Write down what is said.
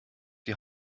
die